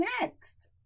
next